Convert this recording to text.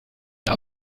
den